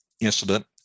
incident